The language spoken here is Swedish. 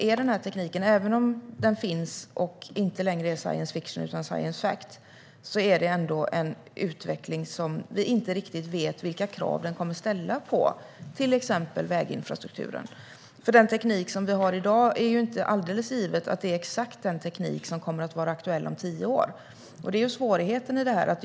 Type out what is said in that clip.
Även om tekniken finns och inte längre är science fiction utan science fact befinner den sig än så länge i utveckling, och vi vet inte riktigt vilka krav den kommer att ställa på exempelvis väginfrastrukturen. Det är ju inte alldeles givet att den teknik vi har i dag är exakt den teknik som kommer att vara aktuell om tio år. Det är svårigheten i det här.